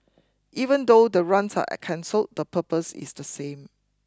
even though the runs are cancelled the purpose is the same